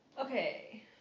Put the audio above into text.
Okay